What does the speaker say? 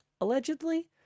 allegedly